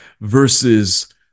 versus